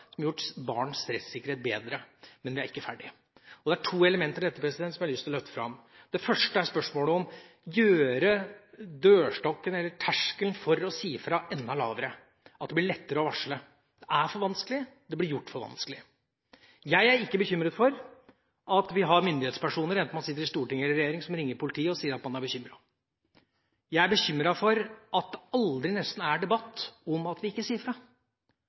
som har gjort barns rettssikkerhet bedre. Men vi er ikke ferdig. Det er to elementer i dette som jeg har lyst til å løfte fram: Det første er spørsmålet om å gjøre terskelen for å si fra enda lavere, sånn at det blir lettere å varsle. Det er for vanskelig – det blir gjort for vanskelig. Jeg er ikke bekymret for at vi har myndighetspersoner – enten man sitter i storting eller regjering – som ringer politiet og sier at man er bekymret. Jeg er bekymret for at det nesten aldri er debatt om at vi ikke tør å si fra,